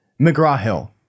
McGraw-Hill